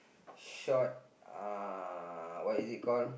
short uh what is it call